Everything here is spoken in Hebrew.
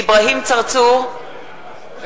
אברהים צרצור,